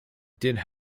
did